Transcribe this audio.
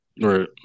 Right